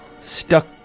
Stuck